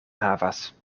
havas